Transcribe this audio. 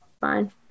fine